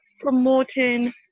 promoting